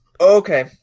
Okay